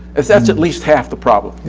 that's that's at least half the problem. yeah.